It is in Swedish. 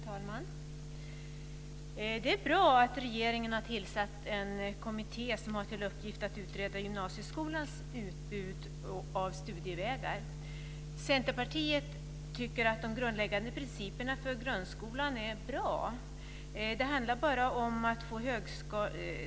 Fru talman! Det är bra att regeringen har tillsatt en kommitté som har till uppgift att utreda gymnasieskolans utbud av studievägar. Centerpartiet tycker att de grundläggande principerna för gymnasieskolan är bra.